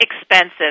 expensive